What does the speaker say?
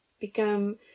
Become